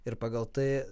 ir pagal tai